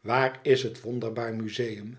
waar is het wonderbaar museum